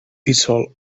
dissol